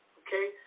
okay